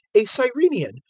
a cyrenaean,